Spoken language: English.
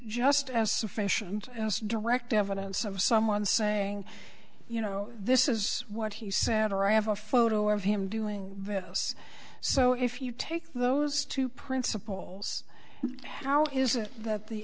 just as sufficient as direct evidence of someone saying you know this is what he said around have a photo of him doing that so if you take those two principles how is it that the